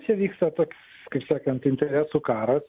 čia vyksta toks kaip sakant interesų karas